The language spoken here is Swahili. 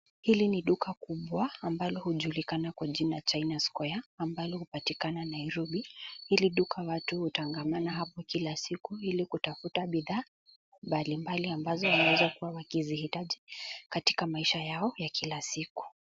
Hili ni duka kubwa ambalo hujulikana kwa jina China Square ambalo hupatikana Nairobi. Hili duka watu hutangamana hapo kila siku ili kutafuta bidhaa mbalimbali ambazo wanaweza kuwa wakizihitaji katika maisha yao ya kila siku.